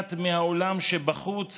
מוחלט מהעולם שבחוץ